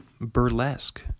Burlesque